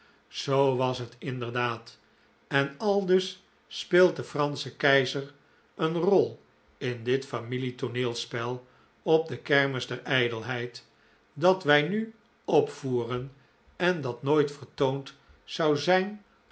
zoo was het inderdaad en aldus speelt de fransche keizer een rol in dit familie tooneelspel op de kermis der ijdelheid dat wij nu opvoeren en dat nooit vertoond zou zijn